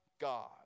God